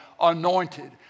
anointed